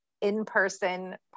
in-person